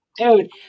Dude